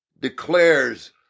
declares